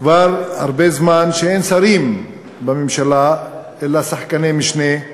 כבר הרבה זמן שאין שרים בממשלה, אלא שחקני משנה,